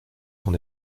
son